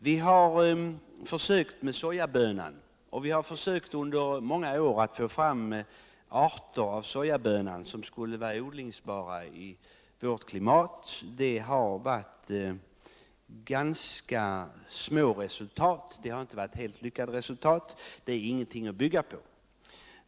Vi har under många år försökt få fram arter av sojaböna som skulle vara odlingsbara i vårt klimat. Men det har inte varit helt lyckade resultat — det är ingenting att bygga på.